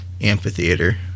amphitheater